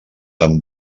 amb